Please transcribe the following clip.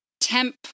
temp